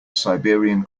siberian